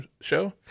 show